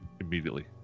immediately